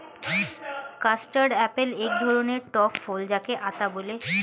custard apple এক ধরণের টক ফল যাকে আতা বলে